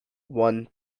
one